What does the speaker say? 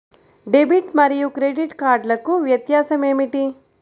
Debit మరియు credit కార్డ్లకు వ్యత్యాసమేమిటీ?